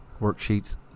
worksheets